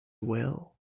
will